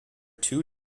two